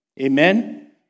Amen